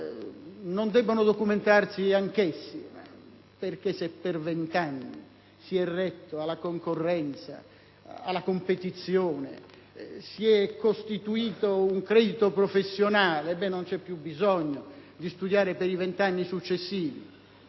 di documentarsi. La risposta è che se per venti anni si è retto alla concorrenza e alla competizione si è costituito un credito professionale e non vi è più bisogno di studiare per i venti anni successivi.